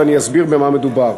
ואני אסביר במה מדובר.